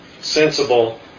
sensible